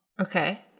Okay